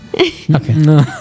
Okay